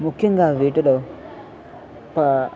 ముఖ్యంగా వీటిలో ప